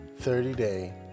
30-day